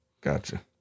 Gotcha